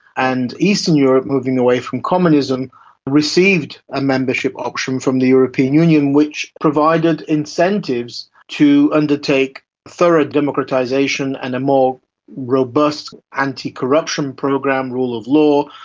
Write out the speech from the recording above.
and eastern europe moving away from communism received a membership option from the european union which provided incentives to undertake thorough democratisation and a more robust anticorruption program, rule of law,